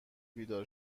بیدار